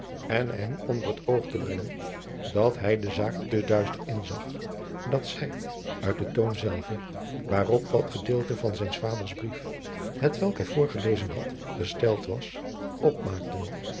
en hem onder het oog te brengen dat hij de zaak te duister inzag dat zij uit den toon zelven waarop dat gedeelte van zijns vaders brief hetwelk hij voorgelezen had gesteld was opmaakten